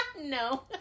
No